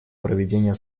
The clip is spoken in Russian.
проведение